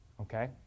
Okay